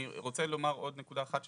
אני רוצה עוד נקודה אחת,